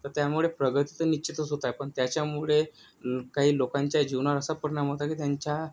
तर त्यामुळे प्रगती तर निश्चितच होत आहे पण त्याच्यामुळे काही लोकांच्या जीवनावर असा परिणाम होत आहे की त्यांच्या